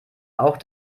auch